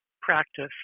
practice